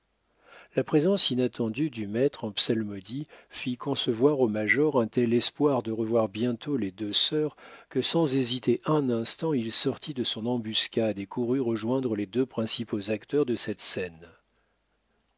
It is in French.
la présence inattendue du maître en psalmodie fit concevoir au major un tel espoir de revoir bientôt les deux sœurs que sans hésiter un instant il sortit de son embuscade et courut rejoindre les deux principaux acteurs de cette scène